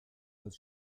als